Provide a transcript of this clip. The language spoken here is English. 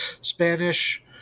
Spanish